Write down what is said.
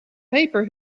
paper